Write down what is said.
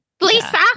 Lisa